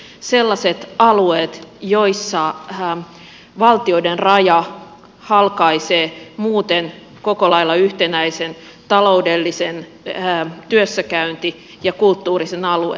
sellaiset alueet joissa valtioiden raja halkaisee muuten koko lailla yhtenäisen taloudellisen työssäkäynti ja kulttuurisen alueen